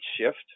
shift